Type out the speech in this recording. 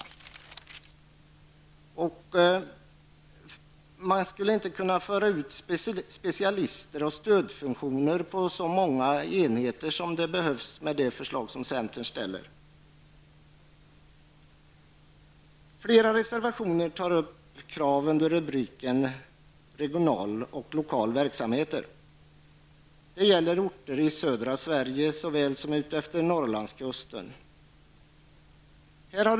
Vid ett genomförande av centerns förslag skulle man inte kunna föra ut specialister och stödfunktioner till erforderligt antal enheter. I flera reservationer tar man upp krav under rubriken Regionala och lokala tullverksamheter. Det gäller orter i södra Sverige såväl som utefter Norrlandskusten.